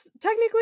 Technically